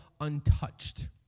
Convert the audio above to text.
untouched